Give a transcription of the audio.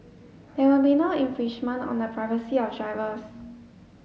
there will be no infringement on the privacy of drivers